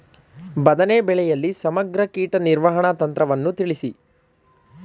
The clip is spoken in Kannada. ಬದನೆ ಬೆಳೆಯಲ್ಲಿ ಸಮಗ್ರ ಕೀಟ ನಿರ್ವಹಣಾ ತಂತ್ರವನ್ನು ತಿಳಿಸಿ?